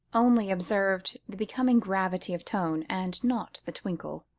only observed the becoming gravity of tone, and not the twinkle.